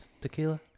tequila